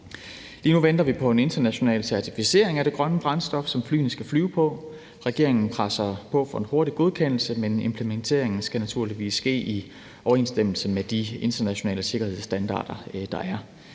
Lige nu venter vi på en international certificering af det grønne brændstof, som flyene skal flyve på. Regeringen presser på for en hurtig godkendelse, men implementeringen skal naturligvis ske i overensstemmelse med de internationale sikkerhedsstandarder,